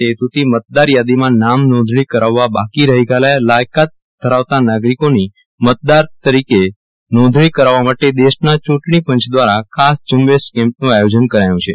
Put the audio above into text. તે હેતુ થી મતદાર યાદીમાં નામ નોંધણી કરાવવાની બાકી રહી ગયેલા લાયકાત ધરાવતા નાગરિકોની મતદાર તરીકે નોંધણી કરાવવા માટે દેશના ચટણી પંચ દવારા ખાસ ઝુંબશ કેમ્પન આયોજન કરાય છે